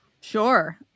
Sure